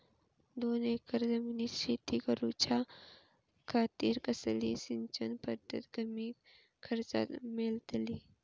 दोन एकर जमिनीत शेती करूच्या खातीर कसली सिंचन पध्दत कमी खर्चात मेलतली?